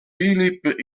philip